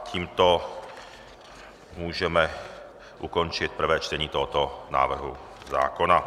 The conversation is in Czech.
Tímto můžeme ukončit prvé čtení tohoto návrhu zákona.